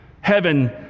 heaven